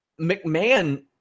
McMahon